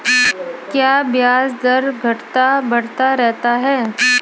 क्या ब्याज दर घटता बढ़ता रहता है?